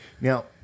Now